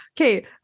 okay